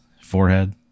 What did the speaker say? forehead